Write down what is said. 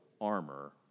armor